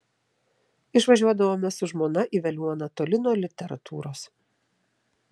išvažiuodavome su žmona į veliuoną toli nuo literatūros